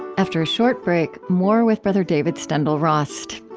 after a short break, more with brother david steindl-rast.